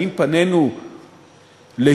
האם פנינו להידוק